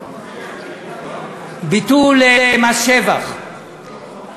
ביטול מס שבח,